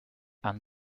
and